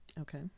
Okay